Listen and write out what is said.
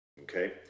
Okay